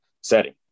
setting